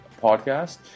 podcast